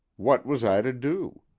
what was i to do?